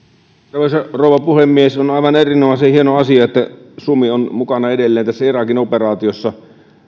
arvoisa rouva puhemies on aivan erinomaisen hieno asia että suomi on edelleen mukana tässä irakin operaatiossa